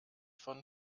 von